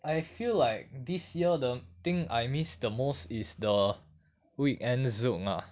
I feel like this year the thing I miss the most is the weekend zouk ah